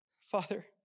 Father